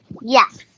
Yes